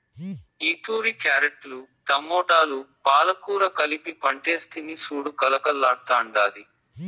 ఈతూరి క్యారెట్లు, టమోటాలు, పాలకూర కలిపి పంటేస్తిని సూడు కలకల్లాడ్తాండాది